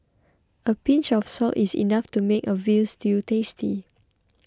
a pinch of salt is enough to make a Veal Stew tasty